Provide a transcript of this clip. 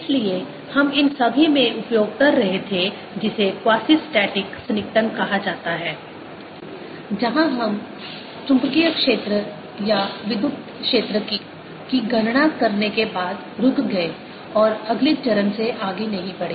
इसलिए हम इन सभी में उपयोग कर रहे थे जिसे क्वासिस्टैटिक सन्निकटन कहा जाता है जहां हम चुंबकीय क्षेत्र या विद्युत क्षेत्र की गणना करने के बाद रुक गए और अगले चरण से आगे नहीं बढ़े